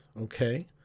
okay